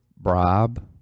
bribe